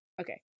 okay